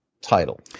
title